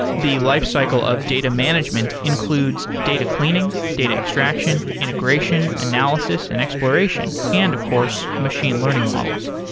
the lifecycle of data management includes data cleaning, data extraction, integration, analysis and exploration, and of course, machine learning models.